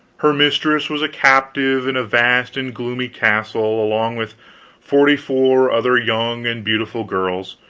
her mistress was a captive in a vast and gloomy castle, along with forty-four other young and beautiful girls,